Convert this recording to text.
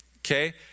Okay